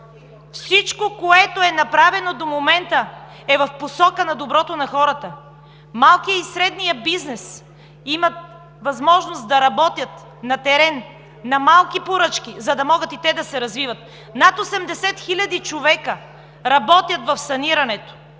Всичко, което е направено до момента, е в посока доброто на хората. Малкият и средният бизнес имат възможност да работят на терен, на малки поръчки, за да могат да се развиват. Над 80 хиляди човека работят в санирането.